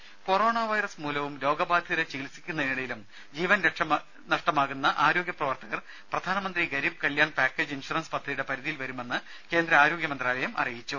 ദരര corona virus മൂലവും രോഗബാധിതരെ ചികിത്സിക്കുന്നതിനിടയിലും ജീവൻ നഷ്ടമാകുന്ന ആരോഗ്യ പ്രവർത്തകർ പ്രധാൻമന്ത്രി ഗരീബ് കല്യാൺ പാക്കേജ് ഇൻഷുറൻസ് പദ്ധതിയുടെ പരിധിയിൽ വരുമെന്ന് കേന്ദ്ര ആരോഗ്യ മന്ത്രാലയം അറിയിച്ചു